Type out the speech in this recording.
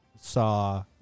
saw